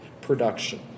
production